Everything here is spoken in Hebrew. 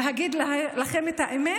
להגיד לכם את האמת?